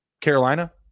Carolina